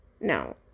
no